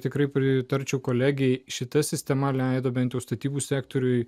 tikrai pritarčiau kolegei šita sistema leido bent statybų sektoriui